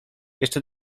jeszcze